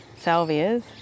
salvias